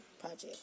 project